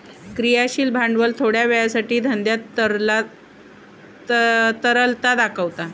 क्रियाशील भांडवल थोड्या वेळासाठी धंद्यात तरलता दाखवता